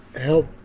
help